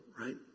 right